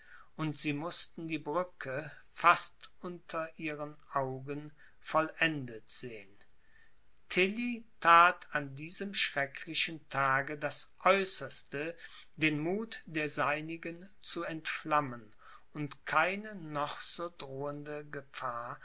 und sie mußten die brücke fast unter ihren augen vollendet sehen tilly that an diesem schrecklichen tage das aeußerste den muth der seinigen zu entflammen und keine noch so drohende gefahr